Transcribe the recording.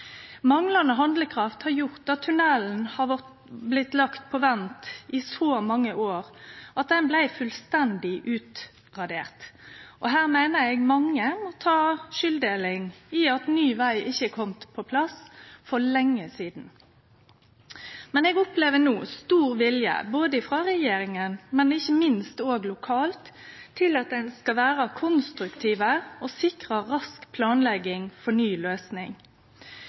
Manglande handlekraft har gjort at tunnelen har blitt lagt på vent i så mange år at han blei fullstendig utdatert, og eg meiner at mange må ta del i skulda for at ny veg ikkje har kome på plass for lenge sidan. Men eg opplever no stor vilje, både frå regjeringa og ikkje minst lokalt, til at ein skal vere konstruktiv og sikre rask planlegging for ny løysing.